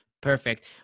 Perfect